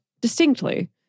distinctly